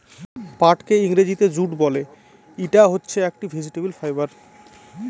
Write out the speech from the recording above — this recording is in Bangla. পাটকে ইংরেজিতে জুট বলে, ইটা হচ্ছে একটি ভেজিটেবল ফাইবার